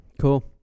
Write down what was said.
cool